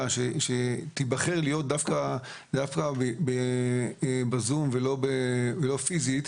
שתיבחר להיות דווקא ב-זום ולא פיזית.